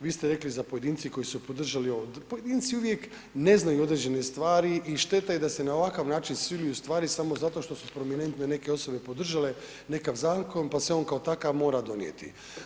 Vi ste rekli za pojedince koji su podržali ovo, pojedinci uvijek ne znaju određene stvari i šteta je da se na ovakav način siluju stvari samo zato što su prominentne neke osobe podržale nekav zakon pa se on kao takav mora donijeti.